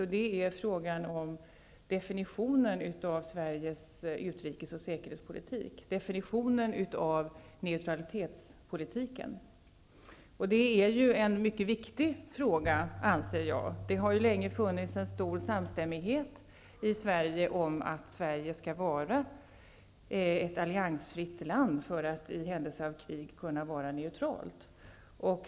Det gäller definitionen av Sveriges utrikes och säkerhetspolitik, definitionen av neutralitetspolitiken. Det är en mycket viktig fråga, anser jag. Det har ju länge funnits stor samstämmighet om att Sverige skall vara ett alliansfritt land för att i händelse av krig kunna vara neutralt.